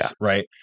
right